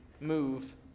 move